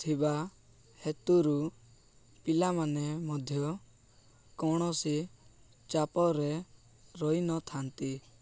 ଥିବା ହେତୁରୁ ପିଲାମାନେ ମଧ୍ୟ କୌଣସି ଚାପରେ ରହିନଥାନ୍ତି